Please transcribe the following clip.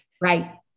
right